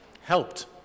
helped